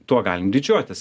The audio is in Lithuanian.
tuo galim didžiuotis